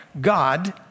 God